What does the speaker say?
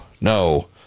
no